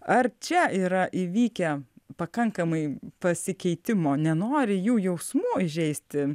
ar čia yra įvykę pakankamai pasikeitimo nenori jų jausmų įžeisti